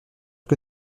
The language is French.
que